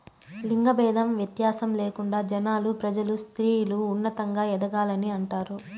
లింగ భేదం వ్యత్యాసం లేకుండా జనాలు ప్రజలు స్త్రీలు ఉన్నతంగా ఎదగాలని అంటారు